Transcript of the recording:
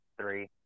three